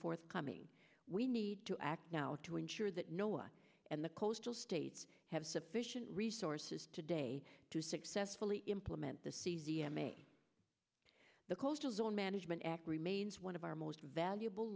forthcoming we need to act now to ensure that no one and the coastal states have sufficient resources today to successfully implement the c m a the coastal zone management act remains one of our most valuable